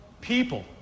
people